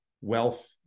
wealth